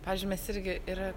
pavyzdžiui mes irgi yra